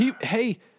Hey